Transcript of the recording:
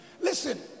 Listen